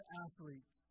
athletes